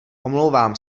omlouvám